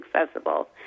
accessible